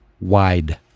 Wide